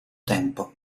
tempo